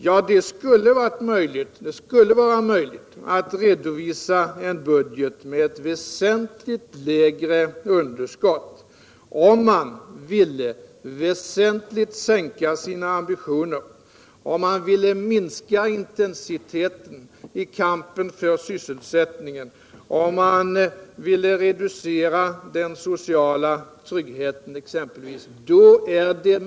Ja, det skulle vara möjligt att redovisa en budget med ett väsentligt lägre underskott om man kraftigt ville sänka sina ambitioner, om man ville minska intensiteten i kampen för sysselsättningen och om man ville reducera den sociala tryggheten.